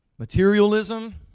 Materialism